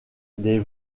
des